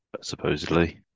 supposedly